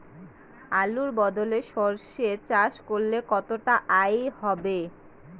আলুর বদলে সরষে চাষ করলে কতটা আয় হবে?